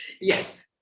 yes